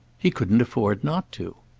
he couldn't afford not to.